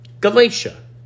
Galatia